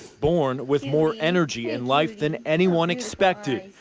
born with more energy and life than anyone expected.